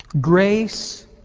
grace